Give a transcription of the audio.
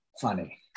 funny